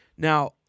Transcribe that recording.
Now